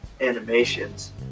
animations